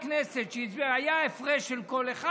היה הפרש של קול אחד.